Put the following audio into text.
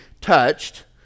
touched